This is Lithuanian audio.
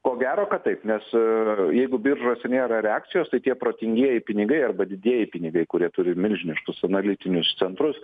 ko gero kad taip nes jeigu biržose nėra reakcijos tai tie protingieji pinigai arba didieji pinigai kurie turi milžiniškus analitinius centrus